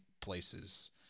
places